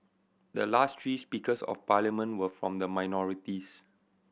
the last three Speakers of Parliament were from the minorities